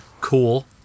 cool